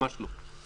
ממש לא.